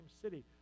city